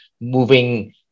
moving